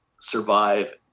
survive